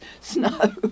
snow